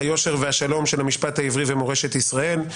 היושר והשלום של המשפט העברי ומורשת ישראל.